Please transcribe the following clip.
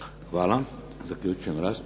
Hvala. Zaključujem raspravu.